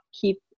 keep